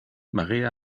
maria